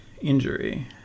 injury